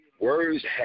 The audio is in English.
Words